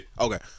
Okay